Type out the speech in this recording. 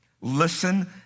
listen